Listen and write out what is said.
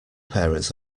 parents